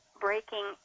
breaking